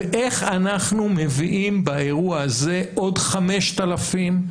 ואיך אנחנו מביאים באירוע הזה עוד 5,000,